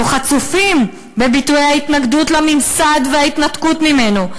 חצופים) בביטויי ההתנגדות לממסד וההתנתקות ממנו.